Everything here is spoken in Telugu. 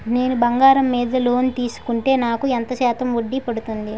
నేను బంగారం మీద లోన్ తీసుకుంటే నాకు ఎంత శాతం వడ్డీ పడుతుంది?